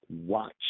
watch